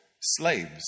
slaves